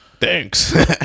thanks